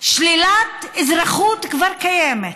שלילת אזרחות כבר קיימת,